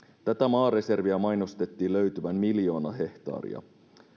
tätä maareserviä mainostettiin löytyvän miljoona hehtaaria